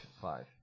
Five